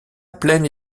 plaine